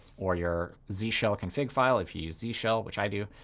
or your z shell config file, if you use z shell, which i do.